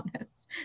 honest